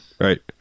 Right